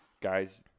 guys